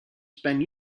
spent